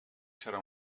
serà